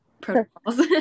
protocols